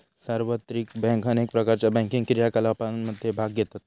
सार्वत्रिक बँक अनेक प्रकारच्यो बँकिंग क्रियाकलापांमध्ये भाग घेतत